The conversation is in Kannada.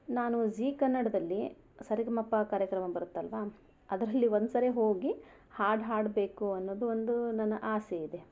ನಾನು ಝೀ ಕನ್ನಡದಲ್ಲಿ ಸರಿಗಮಪ ಕಾರ್ಯಕ್ರಮ ಬರುತ್ತಲ್ವಾ ಅದರಲ್ಲಿ ಒಂದು ಸರಿ ಹೋಗಿ ಹಾಡು ಹಾಡಬೇಕು ಅನ್ನೋದು ಒಂದು ನನ್ನ ಆಸೆ ಇದೆ